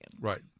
right